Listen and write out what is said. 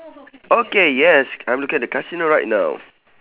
okay yes I'm looking at the casino right now